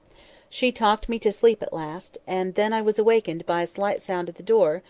she talked me to sleep at last, and then i was awakened by a slight sound at the door,